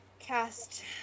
cast